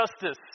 justice